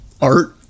art